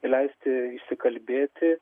leisti išsikalbėti